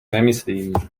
nemyslím